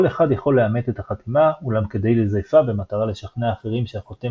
כל אחד יכול לאמת את החתימה אולם כדי לזייפה במטרה לשכנע אחרים שהחותם